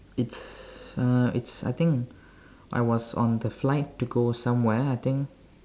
it's uh it's I think I was on the flight to go somewhere I think